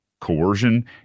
coercion